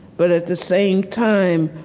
but at the same time,